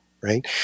right